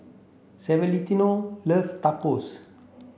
loves Tacos